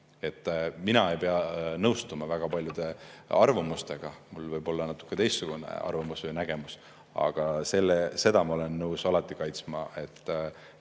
Ma ei pea nõustuma väga paljude arvamustega, mul võib olla natuke teistsugune arvamus või nägemus, aga seda ma olen nõus alati kaitsma, et